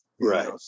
Right